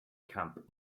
camp